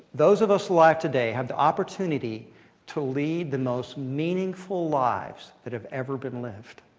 those of us alive today have the opportunity to lead the most meaningful lives that have ever been lived.